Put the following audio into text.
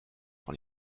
von